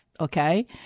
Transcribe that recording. okay